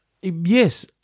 Yes